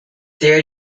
their